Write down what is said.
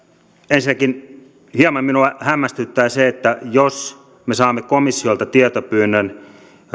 ensinnäkin hieman minua hämmästyttää se että jos me saamme komissiolta tietopyynnön